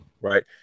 right